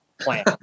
plan